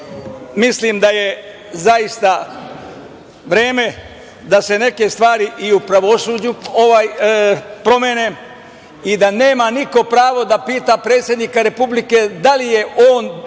mislim da je zaista vreme da se neke stvari i u pravosuđu promene i da nema niko pravo da pita predsednika Republike da li je on